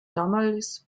damals